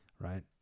right